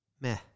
Meh